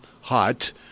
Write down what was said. hot